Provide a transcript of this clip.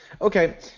Okay